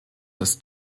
des